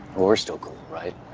we're still cool, right?